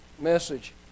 message